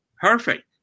Perfect